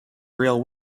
real